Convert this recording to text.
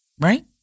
Right